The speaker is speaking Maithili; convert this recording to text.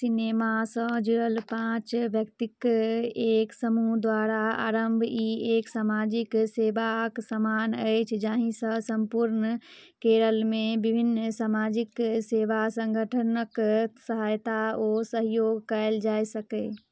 सिनेमासँ जुड़ल पाँच व्यक्तिक एक समूह द्वारा आरम्भ ई एक समाजिक सेवाक समान अछि जाहि सऽ सम्पूर्ण केरलमे बिभिन्न समाजिक सेवा संगठनक सहायता ओ सहयोग कयल जा सकय